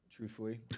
Truthfully